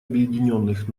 объединенных